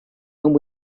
and